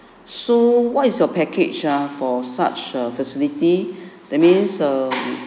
so what is your package ah for such err facility that means err